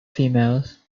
females